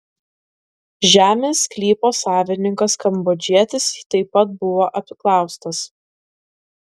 žemės sklypo savininkas kambodžietis taip pat buvo apklaustas